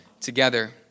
together